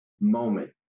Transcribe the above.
moment